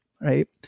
right